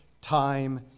time